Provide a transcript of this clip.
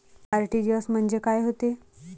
RTGS म्हंजे काय होते?